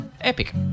Epic